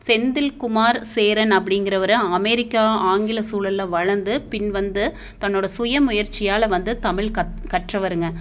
செந்தில் குமார் சேரன் அப்படிங்கிறவரு அமெரிக்கா ஆங்கில சூழலில் வளர்ந்து பின் வந்து தன்னோடய சுய முயற்சியால் வந்து தமிழ் கட் கற்றவருங்க